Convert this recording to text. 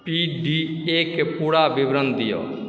P D A के पूरा विवरण दिअ